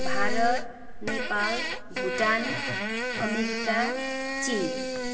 Bharat Nepal Bhutan America Chin